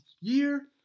year